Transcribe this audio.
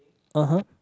(uh huh)